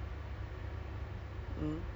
three right now and one is